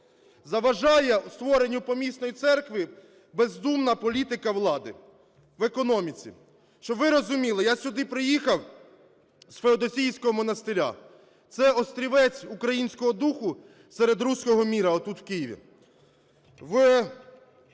Заважає у створенні помісної церкви бездумна політика влади в економіці. Щоб ви розуміли, я сюди приїхав з Феодосійського монастиря, це острівець українського духу серед "русского мира" отут в Києві.